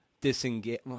disengage